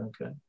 Okay